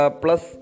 plus